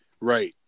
Right